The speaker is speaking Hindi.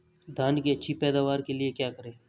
धान की अच्छी पैदावार के लिए क्या करें?